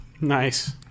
nice